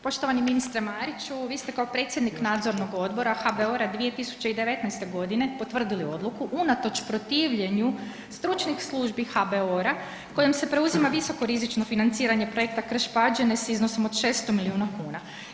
Poštovani ministre Mariću, vi ste kao predsjednik Nadzornog odbora HBOR-a 2019. godine potvrdili odluku unatoč protivljenju stručnih službi HBOR-a kojim se preuzima visokorizično financiranje projekta Krš-Pađene s iznosom od 600 milijuna kuna.